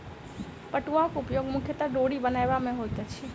पटुआक उपयोग मुख्यतः डोरी बनयबा मे होइत अछि